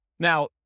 Now